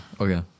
Okay